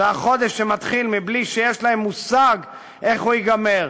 והחודש שמתחיל מבלי שיש להם מושג איך הוא ייגמר.